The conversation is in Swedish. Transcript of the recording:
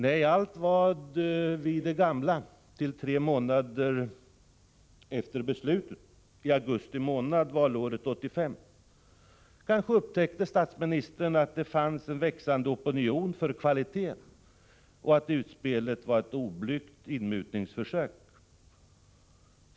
Nej, allt var vid det gamla till tre månader efter beslutet, till augusti månad valåret 1985. Kanske upptäckte statsministern att det fanns en växande opinion för kvalitet och kanske var utspelet ett oblygt inmutningsförsök.